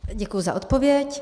Děkuji za odpověď.